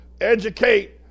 educate